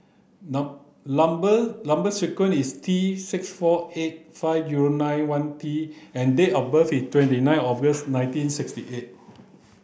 number number sequence is T six four eight five zero nine one T and date of birth is twenty nine August nineteen sixty eight